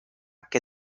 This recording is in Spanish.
que